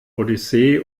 odyssee